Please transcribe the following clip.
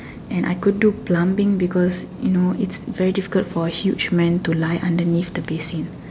and I could do plumbing because you know it's difficult for huge man to lie underneath the basin